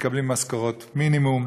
מקבלים משכורות מינימום.